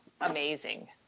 amazing